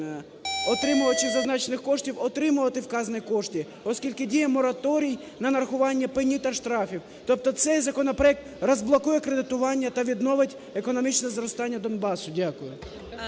отримувачів зазначених коштів отримувати вказані кошти. Оскільки діє мораторій на нарахування пені та штрафів, тобто цей законопроект розблокує кредитування та відновить економічне зростання Донбасу. Дякую.